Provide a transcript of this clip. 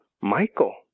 Michael